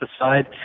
aside